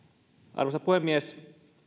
arvoisa puhemies